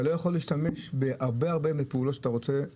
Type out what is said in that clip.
אתה לא יכול להשתמש בהרבה מן הפעולות שאתה רוצה לעשות.